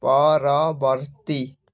ପରବର୍ତ୍ତୀ